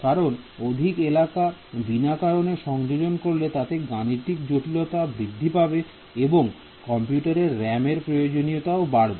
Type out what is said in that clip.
কারণ অধিক এলাকা বিনা কারণে সংযোজন করলে তাতে গাণিতিক জটিলতা বৃদ্ধি পাবে এবং কম্পিউটারে RAM এর প্রয়োজনীয়তা ও বাড়বে